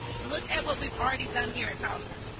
look at what we've already done here at towson.